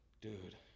Dude